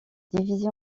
divisée